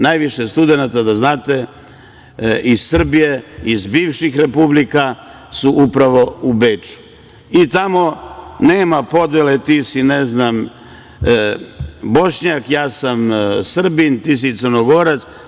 Najviše studenata, da znate, iz Srbije, iz bivših Republika su upravo u Beču i tamo nema podele – ti si, ne znam, Bošnjak, ja sam Srbin, ti si Crnogorac.